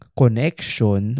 connection